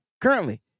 Currently